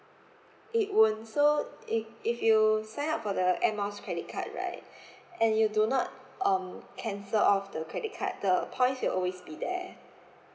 it won't so if if you sign up for the air miles credit card right and you do not um cancel off the credit card the points will always be there